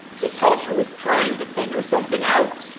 the culture was trying to figure something out.